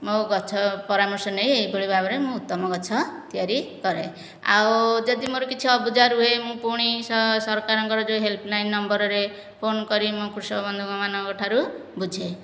ମୋ ଗଛ ପରାମର୍ଶ ନେଇ ଏହିଭଳି ଭାବରେ ମୁଁ ଉତ୍ତମ ଗଛ ତିଆରି କରେ ଆଉ ଯଦି ମୋର କିଛି ଅବୁଝା ରୁହେ ମୁଁ ପୁଣି ସରକାରଙ୍କ ଯେଉଁ ହେଲ୍ପ ଲାଇନ ନମ୍ବରରେ ଫୋନ କରି ମୁଁ କୃଷକ ବନ୍ଧୁମାନଙ୍କ ଠାରୁ ବୁଝେ